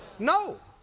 no.